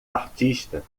artista